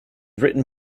written